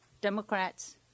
Democrats